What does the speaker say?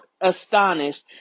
astonished